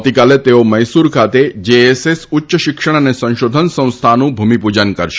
આવતીકાલે તેઓ મૈસુર ખાતે જેએસએસ ઉચ્ચશિક્ષણ અને સંશોધન સંસ્થાનું ભુમીપુજન કરશે